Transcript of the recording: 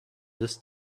this